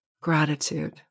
gratitude